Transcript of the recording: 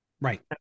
Right